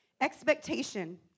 Expectation